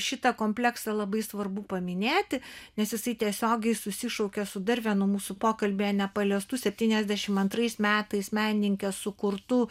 šitą kompleksą labai svarbu paminėti nes jisai tiesiogiai susišaukia su dar vienu mūsų pokalbyje nepaliestu septyniasdešimt antrais metais menininkės sukurtu